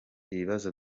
ibibazo